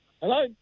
Hello